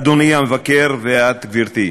אדוני המבקר, וממך, גברתי.